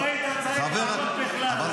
אתה מדבר לא לעניין --- עכשיו נעבור לקאדים.